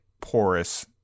porous